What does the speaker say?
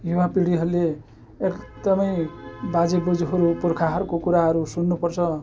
युवापिँढीहरूले एकदमै बाजे बोजूहरू पुर्खाहरूको कुराहरू सुन्नुपर्छ